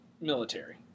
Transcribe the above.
military